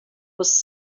was